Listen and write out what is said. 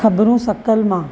ख़बरूं सकल मां